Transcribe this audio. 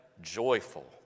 joyful